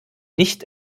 nicht